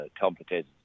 complicated